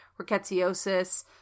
rickettsiosis